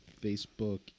Facebook